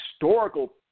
historical